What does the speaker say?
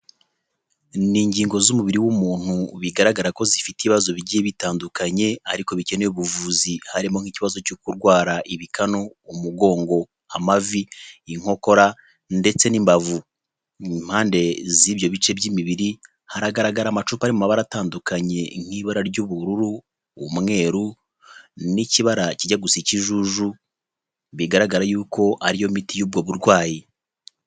Ni ingingo z'umubiri w'umuntu bigaragara ko zifite ibibazo bigiye bitandukanye ariko bikeneye ubuvuzi, harimo nk'ikibazo cyo kurwara ibikanu, umugongo amavi, inkokora ndetse n'imbavu impande z'ibyo bice by'imibiri haragaragara amacupa ari mu mabara atandukanye nk'ibara ry'ubururu, umweru n'ikibara kijya gusa ikijuju, bigaragara yuko ari yo miti y'ubwo burwayi